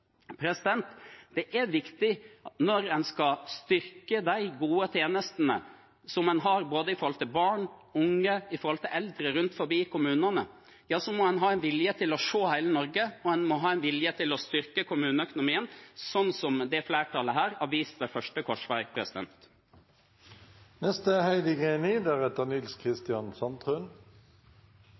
Det er viktig – når en skal styrke de gode tjenestene som en har overfor både barn, unge og eldre rundt om i kommunene – at en har vilje til å se hele Norge og vilje til å styrke kommuneøkonomien, sånn som dette flertallet har vist ved første korsvei.